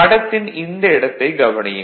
படத்தின் இந்த இடத்தைக் கவனியுங்கள்